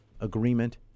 agreement